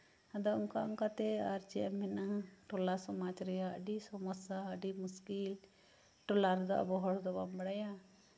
ᱟᱫᱚ ᱚᱱᱠᱟᱼᱚᱱᱠᱟ ᱛᱮ ᱪᱮᱫ ᱮᱢ ᱢᱮᱱᱟ ᱴᱚᱞᱟ ᱥᱚᱢᱟᱡᱽ ᱨᱮᱭᱟᱜ ᱟᱹᱰᱤ ᱥᱚᱢᱚᱥᱥᱟ ᱟᱹᱰᱤ ᱢᱩᱥᱠᱤᱞ ᱴᱚᱞᱟ ᱨᱮᱫᱚ ᱟᱵᱚ ᱦᱚᱲ ᱫᱚ ᱵᱟᱢ ᱵᱟᱲᱟᱭᱟ